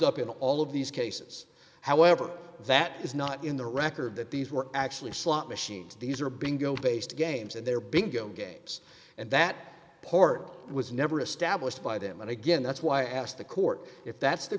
up in all of these cases however that is not in the record that these were actually slot machines these are being go based games and they're bingo games and that part was never established by them and again that's why i asked the court if that's the